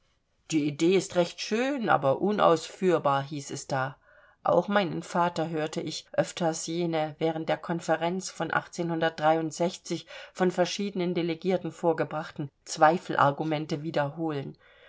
die idee ist recht schön aber unausführbar hieß es da auch meinen vater hörte ich öfters jene während der konferenz von von verschiedenen delegierten vorgebrachten zweifelargumente wiederholen